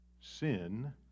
sin